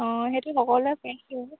অঁ সেইটো সকলোৱে পাইছোঁ